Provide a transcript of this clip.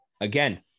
Again